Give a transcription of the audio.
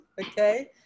okay